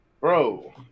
Bro